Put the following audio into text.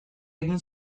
egin